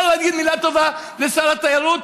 מותר להגיד מילה טובה לשר התיירות,